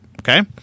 Okay